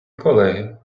колеги